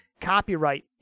copyright